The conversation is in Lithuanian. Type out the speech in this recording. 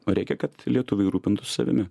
o reikia kad lietuviai rūpintųsi savimi